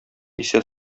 исә